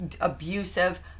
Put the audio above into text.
abusive